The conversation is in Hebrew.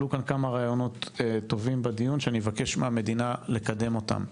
עלו כאן כמה רעיונות טובים בדיון שאני מבקש מהמדינה לקדם אותם.